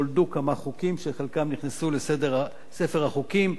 נולדו כמה חוקים שחלקם נכנסו לספר החוקים,